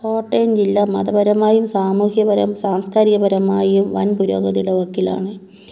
കോട്ടയം ജില്ല മതപരമായും സാമൂഹ്യപരം സാംസ്കാരികപരമായും വൻപുരോഗതിയുടെ വക്കിലാണ്